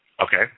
Okay